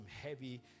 heavy